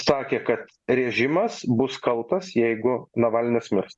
sakė kad režimas bus kaltas jeigu navalnas mirs